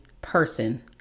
person